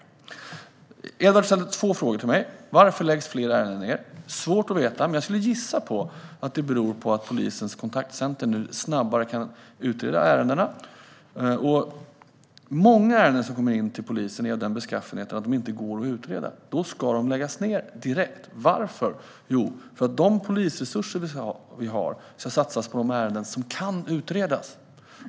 Edward Riedl ställer två frågor till mig. Den ena är: Varför läggs fler ärenden ned? Det är svårt att veta, men jag skulle gissa på att det beror på att polisens kontaktcenter nu snabbare kan utreda ärendena. Många ärenden som kommer in till polisen är av den beskaffenheten att de inte går att utreda, och då ska de läggas ned direkt. Varför? Jo, för att de polisresurser som vi har ska satsas på de ärenden som kan utredas.